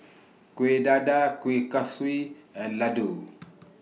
Kueh Dadar Kueh Kaswi and Laddu